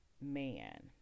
man